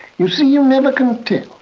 you see, you never can tell.